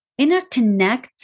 interconnect